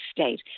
state